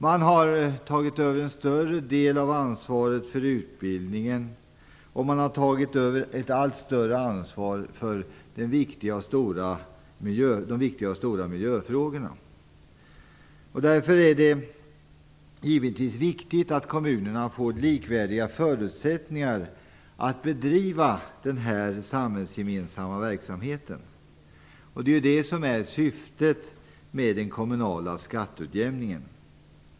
De har tagit över en allt större del av ansvaret för utbildningen och för de viktiga och stora miljöfrågorna. Därför är det givetvis viktigt att kommunerna får likvärdiga förutsättningar att bedriva den här samhällsgemensamma verksamheten. Detta är syftet med den kommunala skatteutjämningen.